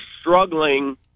struggling